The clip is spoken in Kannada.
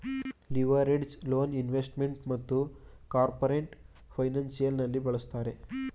ಲಿವರೇಜ್ಡ್ ಲೋನ್ ಇನ್ವೆಸ್ಟ್ಮೆಂಟ್ ಮತ್ತು ಕಾರ್ಪೊರೇಟ್ ಫೈನಾನ್ಸಿಯಲ್ ನಲ್ಲಿ ಬಳಸುತ್ತಾರೆ